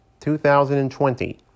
2020